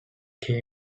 came